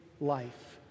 life